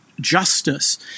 justice